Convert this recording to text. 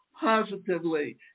positively